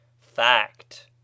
Fact